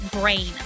Brain